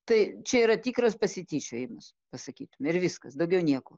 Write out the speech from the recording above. tai čia yra tikras pasityčiojimas pasakytum ir viskas daugiau nieko